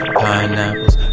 pineapples